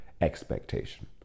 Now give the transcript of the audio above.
expectation